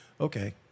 okay